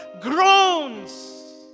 groans